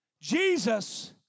Jesus